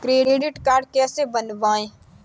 Credit card कैसे बनवाएँ?